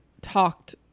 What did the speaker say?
talked